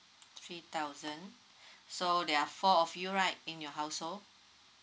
three thousand so there are four of you right in your household